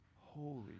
holy